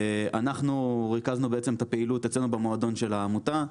אנחנו ריכזנו בעצם את הפעילות אצלנו במועדון של העמותה.